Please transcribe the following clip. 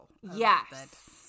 Yes